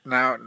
Now